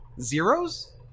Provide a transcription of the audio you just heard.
Zeros